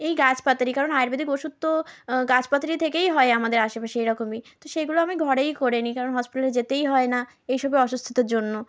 এই গাছ পাতারই কারণ আয়ুর্বেদিক ওষুধ তো গাছ পাতারই থেকে হয় আমাদের আশেপাশের এরকমই তো সেগুলো আমি ঘরেই করে নিই কারণ হসপিটালে যেতেই হয় না এইসবে অসুস্থতার জন্য